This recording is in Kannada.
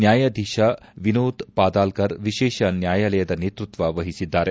ನ್ನಾಯಾಧೀಶ ವಿನೋದ್ ಪಾದಾಲ್ತರ್ವಿಶೇಷ ನ್ನಾಯಾಲಯದ ನೇತೃತ್ವ ವಹಿಸಿದ್ದಾರೆ